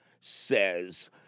says